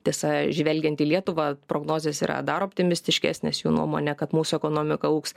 tiesa žvelgiant į lietuvą prognozės yra dar optimistiškesnės jų nuomone kad mūsų ekonomika augs